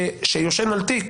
שישן על תיק